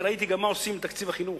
כי ראיתי גם מה עושים עם תקציב החינוך,